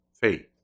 faith